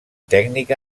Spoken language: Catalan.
tècnic